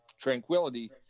tranquility